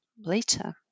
later